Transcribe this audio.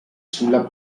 sulla